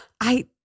I-